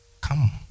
Come